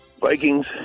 Vikings